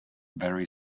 very